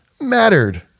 mattered